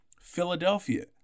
Philadelphia